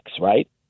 right